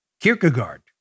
Kierkegaard